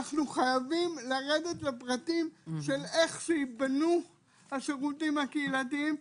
אנו חייבים לרדת לפרטים של איך ייבנו השירותים הקהילתיים.